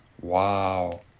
Wow